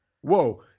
Whoa